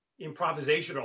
improvisational